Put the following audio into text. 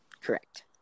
Correct